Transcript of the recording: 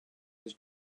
his